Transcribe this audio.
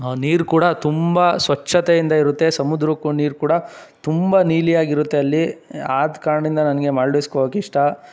ನೀರು ಕೂಡ ತುಂಬ ಸ್ವಚ್ಛತೆಯಿಂದ ಇರುತ್ತೆ ಸಮುದ್ರಕ್ಕೂ ನೀರು ಕೂಡ ತುಂಬ ನೀಲಿಯಾಗಿರುತ್ತೆ ಅಲ್ಲಿ ಆದ ಕಾರಣದಿಂದ ನನಗೆ ಮಾಲ್ಡೀವ್ಸ್ಗೆ ಹೋಗಕ್ಕಿಷ್ಟ